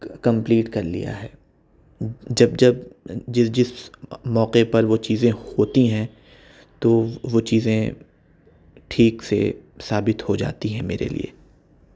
complete کر لیا ہے جب جب جس جس موقعہ پر وہ چیزیں ہوتی ہیں تو وہ چیزیں ٹھیک سے ثابت ہوجاتی ہیں میرے لئے